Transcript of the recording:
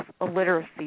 illiteracy